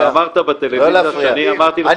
כשאמרת בטלוויזיה שאני אמרתי לך לא --- אולי תלך